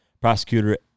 Prosecutor